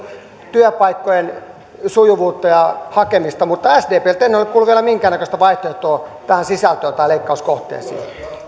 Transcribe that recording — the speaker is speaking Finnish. työpaikkojen hakemista ja sujuvuutta mutta sdpltä en ole kuullut vielä minkäännäköistä vaihtoehtoa tälle sisällölle tai leikkauskohteille